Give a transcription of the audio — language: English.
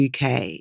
UK